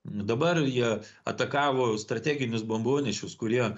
dabar jie atakavo strateginius bombonešius kurie